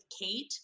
kate